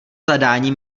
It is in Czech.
zadání